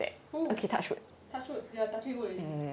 who touch wood you're touching wood already